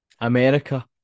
America